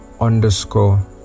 underscore